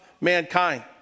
mankind